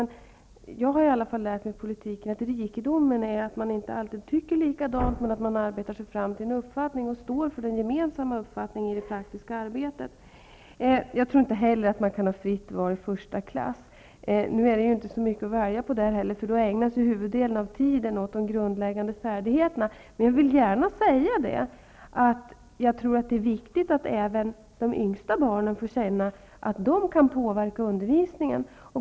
Jag har lärt mig i politiken att rikedomen är att man inte alltid tycker lika men att man arbetar sig fram till en gemensam uppfattning och står för den i det praktiska arbetet. Jag tror inte heller att man kan ha fritt val i första klass. Det är inte så mycket att välja på där, utan huvuddelen av tiden ägnas åt de grundläggande färdigheterna. Men det är viktigt att även de yngsta barnen får känna att de kan påverka undervisningen.